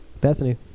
bethany